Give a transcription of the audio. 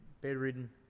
bedridden